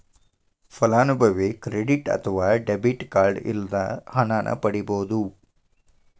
ಫಲಾನುಭವಿ ಕ್ರೆಡಿಟ್ ಅತ್ವ debit card ಇಲ್ಲದ ಹಣನ ಪಡಿಬೋದ್